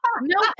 No